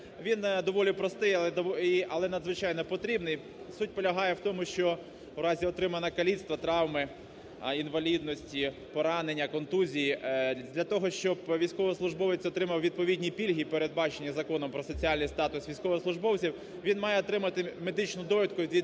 Він доволі простий, але надзвичайно потрібний. Суть полягає в тому, що в разі отримання каліцтва, травми, інвалідності, поранення, контузії для того, щоб військовослужбовець отримав відповідні пільги передбачені Законом про соціальний статус військовослужбовців, він має отримати медичну довідку від